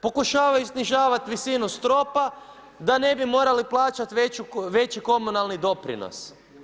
Pokušavaju snižavati visinu stropa da ne bi morali plaćati veći komunalni doprinos.